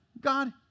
God